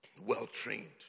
well-trained